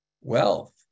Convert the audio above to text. wealth